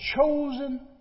chosen